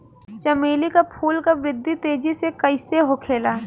चमेली क फूल क वृद्धि तेजी से कईसे होखेला?